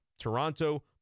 Toronto